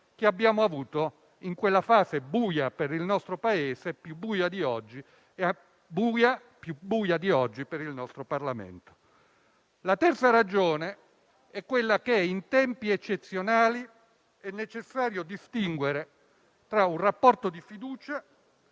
che abbiamo avuto in quella fase buia per il nostro Paese e più buia di oggi per il nostro Parlamento. La terza ragione è che in tempi eccezionali è necessario distinguere tra un rapporto di fiducia